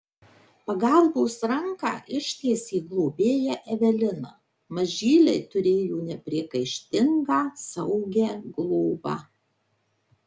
pagalbos ranką ištiesė globėja evelina mažyliai turėjo nepriekaištingą saugią globą